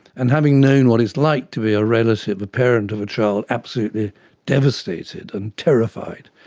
and having known what it's like to be a relative, a parent of a child, absolutely devastated and terrified,